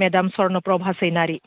madam Swarnaprabha सैनारि